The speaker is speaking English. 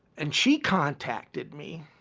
and she contacted me.